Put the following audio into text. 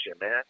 man